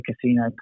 casino